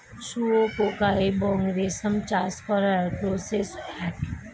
শুয়োপোকা এবং রেশম চাষ করার প্রসেস এক